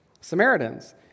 Samaritans